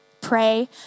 Pray